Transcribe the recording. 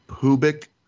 pubic